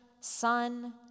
sun